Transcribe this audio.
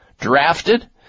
drafted